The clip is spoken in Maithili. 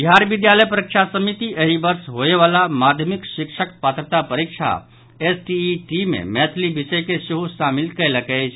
बिहार विद्यालय परीक्षा समिति एहि वर्ष होए वला माध्यमिक शिक्षक पात्रता परीक्षा एसटीईटी मे मैथिली विषय के सेहो शामिल कयलक अछि